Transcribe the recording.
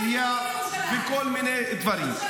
קריה וכל מיני דברים.